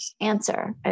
answer